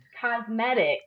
Cosmetic